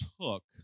took